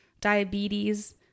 diabetes